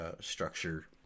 structure